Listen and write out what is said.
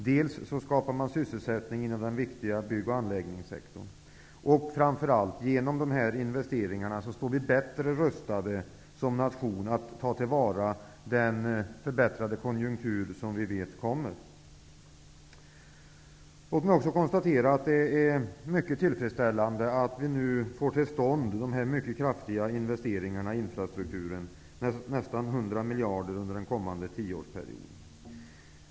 Dessutom skapas sysselsättning inom den viktiga bygg och anläggningssektorn. Men framför allt står Sverige, genom dessa investeringar bättre rustat som nation för att ta till vara den förbättrade konjunktur som vi vet kommer. Låt mig också konstatera att det är mycket tillfredsställande att vi nu får till stånd mycket kraftiga investeringar i infrastrukturen -- det rör sig om nästan 100 miljarder under den kommande tioårsperioden.